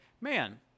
man